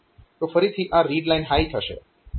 તો ફરીથી આ રીડ લાઇન હાય થશે